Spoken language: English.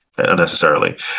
unnecessarily